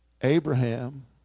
Abraham